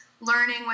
learning